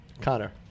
Connor